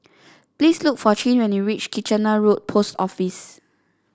please look for Chin when you reach Kitchener Road Post Office